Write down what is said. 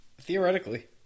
Theoretically